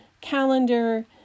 calendar